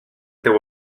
teu